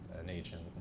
an agent.